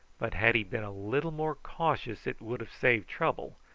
but had he been a little more cautious it would have saved trouble,